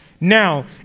Now